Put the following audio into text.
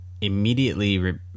immediately